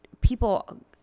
people